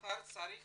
האתר צריך